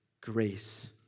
Grace